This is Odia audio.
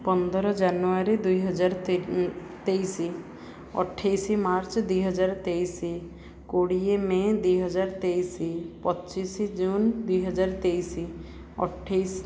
ପନ୍ଦର ଜାନୁଆରୀ ଦୁଇ ହଜାର ତେଇଶି ଅଠେଇଶି ମାର୍ଚ୍ଚ ଦୁଇ ହଜାର ତେଇଶି କୋଡ଼ିଏ ମେ ଦୁଇ ହଜାର ତେଇଶି ପଚିଶି ଜୁନ୍ ଦୁଇ ହଜାର ତେଇଶି ଅଠେଇଶି